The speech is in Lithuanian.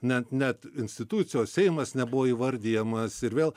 net net institucijos seimas nebuvo įvardijamas ir vėl